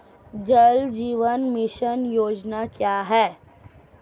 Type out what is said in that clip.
जल जीवन मिशन योजना क्या है?